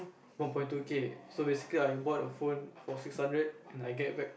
one point two K so basically I bought a phone for six hundred and I get back